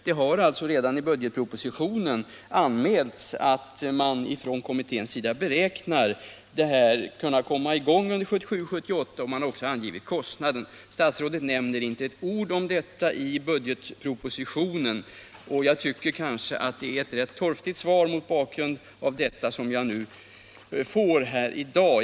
Det har alltså redan i budgetpropositionen anmälts att man från kommitténs sida beräknar kunna komma i gång under 1977/78, och man har också angett kostnaden. Statsrådet säger inte ett ord om detta, varför jag tycker att det är ett rätt torftigt svar jag fått här i dag.